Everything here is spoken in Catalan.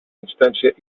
instància